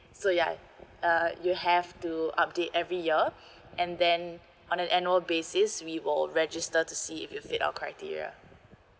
so ya uh you have to update every year and then on an annual basis we will register to see if you fit our criteria